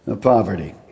poverty